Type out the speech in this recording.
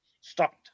stop